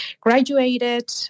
graduated